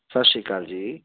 ਸਤਿ ਸ਼੍ਰੀ ਅਕਾਲ ਜੀ